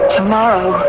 Tomorrow